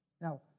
Now